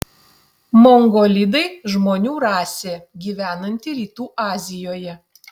mongolidai žmonių rasė gyvenanti rytų azijoje